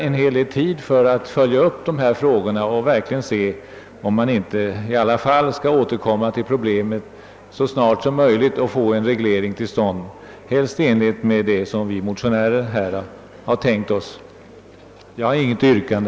Jag hoppas detta innebär att dessa organ verkligen följer upp de här frågorna och undersöker om man inte i alla fall skall återkomma till problemet så snart som möjligt och få en reglering till stånd, helst i enlighet med de förslag som framförts av oss motionärer. Herr talman! Jag har inget yrkande.